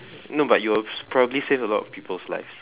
no but you'll probably save a lot people's life